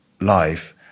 life